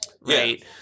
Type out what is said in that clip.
right